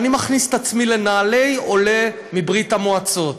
ואני מכניס את עצמי לנעלי עולה מברית המועצות,